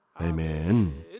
Amen